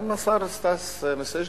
גם השר סטס מיסז'ניקוב,